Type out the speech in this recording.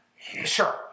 Sure